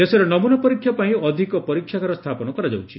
ଦେଶରେ ନମୁନା ପରୀକ୍ଷା ପାଇଁ ଅଧିକ ପରୀକ୍ଷାଗାର ସ୍ଥାପନ କରାଯାଉଛି